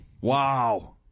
Wow